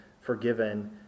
forgiven